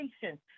patience